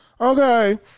Okay